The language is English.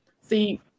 See